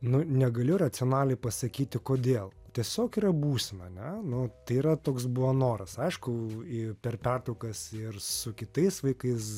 nu negaliu racionaliai pasakyti kodėl tiesiog yra būsena ane nu tai yra toks buvo noras aišku į per pertraukas ir su kitais vaikais